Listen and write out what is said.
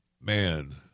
man